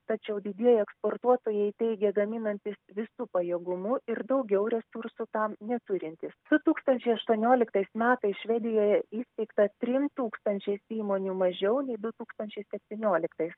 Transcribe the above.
tačiau didieji eksportuotojai teigia gaminantys visu pajėgumu ir daugiau resursų tam neturintys du tūkstančiai aštuonioliktais metais švedijoje įsteigta trim tūkstančiais įmonių mažiau nei du tūkstančiai septynioliktais